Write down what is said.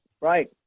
Right